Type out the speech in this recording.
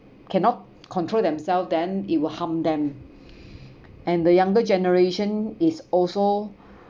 cannot control themselves then it will harm them and the younger generation is also